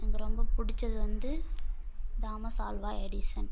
எனக்கு ரொம்ப பிடிச்சது வந்து தாமஸ் ஆல்வா எடிசன்